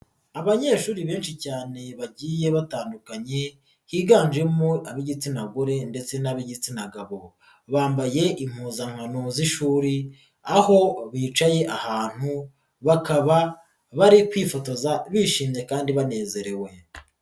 Abanyeshuri benshi cyane bagiye batandukanye higanjemo ab'igitsina gore ndetse n'ab'igitsina gabo, bambaye impuzankano z'ishuri aho bicaye ahantu bakaba bari kwifotoza bishimye kandi banezerewe.